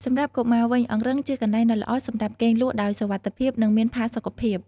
សម្រាប់កុមារវិញ អង្រឹងជាកន្លែងដ៏ល្អសម្រាប់គេងលក់ដោយសុវត្ថិភាពនិងមានផាសុកភាព។